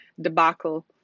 debacle